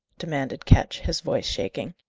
demanded ketch, his voice shaking.